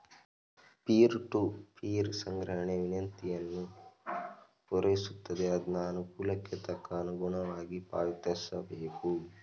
peer to peer ಸಂಗ್ರಹಣೆ ವಿನಂತಿಯನ್ನು ಪೂರೈಸುತ್ತದೆ ಅದ್ನ ಅನುಕೂಲಕ್ಕೆ ತಕ್ಕ ಅನುಗುಣವಾಗಿ ಪಾವತಿಸಬೇಕು